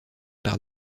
par